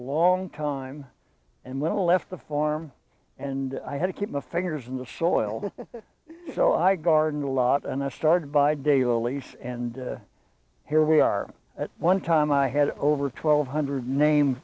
long time and little left the farm and i had to keep the figures in the soil so i garden a lot and i started by day lilies and here we are at one time i had over twelve hundred name